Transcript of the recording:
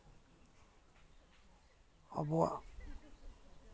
ᱟᱵᱚᱣᱟᱜ